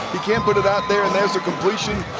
can't put it out there. there's a completion.